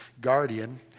guardian